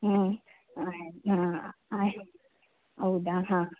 ಹ್ಞೂ ಆಯ್ತ್ ಹಾಂ ಆಯ್ತ್ ಹೌದಾ ಹಾಂ